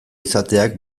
izateak